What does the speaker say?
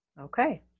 Okay